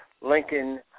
Lincoln